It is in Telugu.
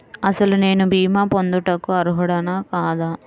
అసలు నేను భీమా పొందుటకు అర్హుడన కాదా?